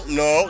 no